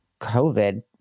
COVID